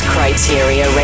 Criteria